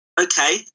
okay